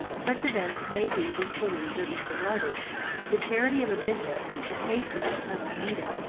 such events may be disbelieved or disregarded but the charity of a bishop, acacius of amida,